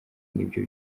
nibyo